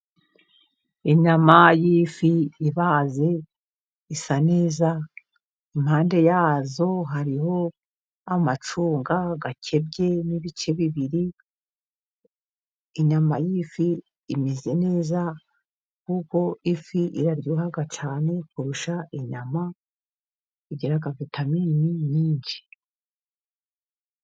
Inyama y'ifi ibaze isa neza impande yazo hariho amacunga akebyemo ibice bibiri. Inyama y'ifi imeze neza kuko ifi iraryoha cyane kurusha inyama igira vitamini nyinshi.